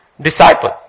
disciple